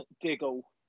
Diggle